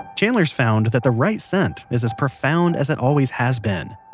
chandler has found that the right scent is as profound as it always has been